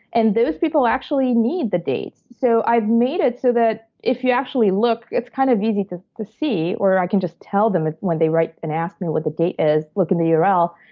and those people actually need the dates. so, i've made it so that if you actually look, it's kind of easy to to see or i can just tell them when they write and ask me what the date is, look in the url,